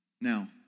Now